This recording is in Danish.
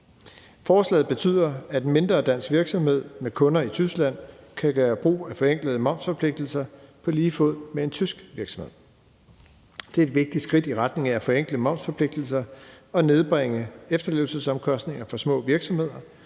Forslaget betyder, at en mindre, dansk virksomhed med kunder i Tyskland kan gøre brug af forenklede momsforpligtelser på lige fod med en tysk virksomhed. Det er et vigtig skridt i retning af at forenkle momsforpligtelser og nedbringe efterlevelsesomkostninger for små virksomheder,